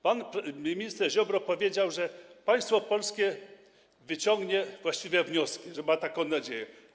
Pan minister Ziobro powiedział, że państwo polskie wyciągnie właściwe wnioski, że ma taką nadzieję.